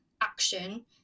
action